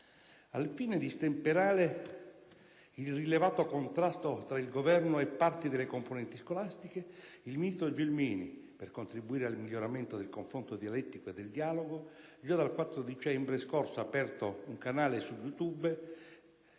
Al fine di stemperare il rilevato contrasto tra il Governo e parti delle componenti scolastiche, il ministro Gelmini, per contribuire al miglioramento del confronto dialettico e del dialogo, già dal 4 dicembre scorso ha aperto un canale su "Youtube"